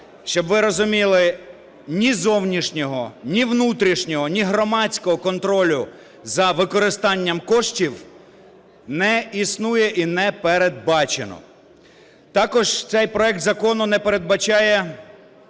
щоб ви розуміли, ні зовнішнього, ні внутрішнього, ні громадського контролю за використанням коштів не існує і не передбачено. Також цей проект закону не передбачає